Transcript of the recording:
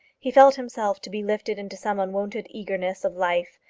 he felt himself to be lifted into some unwonted eagerness of life,